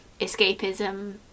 escapism